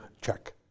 check